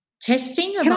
Testing